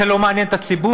זה לא מעניין את הציבור?